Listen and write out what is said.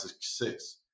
success